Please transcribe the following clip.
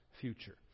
future